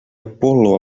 apol·lo